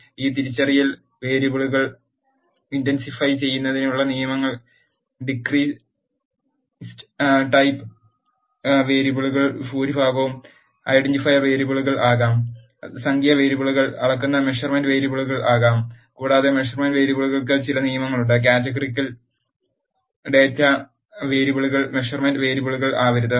ഈ തിരിച്ചറിയൽ വേരിയബിളുകൾ ഇൻഡെൻറിഫൈ ചെയ്യുന്നതിനുള്ള നിയമങ്ങൾ ഡിസ്ക്രീറ്റ് ടൈപ്പ് വേരിയബിളുകളിൽ ഭൂരിഭാഗവും ഐഡന്റിഫയർ വേരിയബിളുകൾ ആകാം സംഖ്യാ വേരിയബിളുകൾ അളക്കുക മെഷർമെന്റ് വേരിയബിളുകൾ ആകാം കൂടാതെ മെഷർമെന്റ് വേരിയബിളുകൾക്ക് ചില നിയമങ്ങളുണ്ട് കാറ്റഗറിക്കൽ ഡേറ്റ് വേരിയബിളുകൾ മെഷർമെന്റ് വേരിയബിളുകൾ ആവരുത്